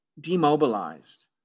demobilized